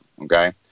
okay